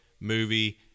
movie